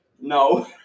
no